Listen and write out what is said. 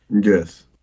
yes